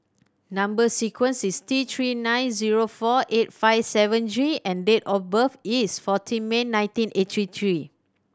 number sequence is T Three nine zero four eight five seven G and date of birth is fourteen May nineteen eighty three